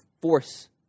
force